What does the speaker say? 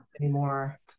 anymore